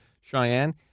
Cheyenne